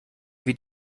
wie